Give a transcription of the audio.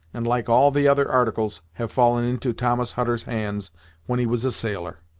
and like all the other articles, have fallen into thomas hutter's hands when he was a sailor.